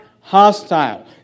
hostile